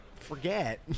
forget